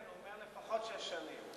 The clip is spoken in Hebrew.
כן, הוא אומר לפחות שש שנים.